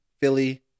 Philly